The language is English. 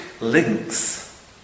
links